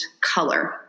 color